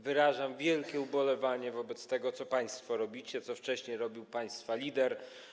Wyrażam wielkie ubolewanie nad tym, co państwo robicie, co wcześniej robił państwa lider.